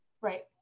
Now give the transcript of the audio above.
Right